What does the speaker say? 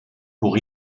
pour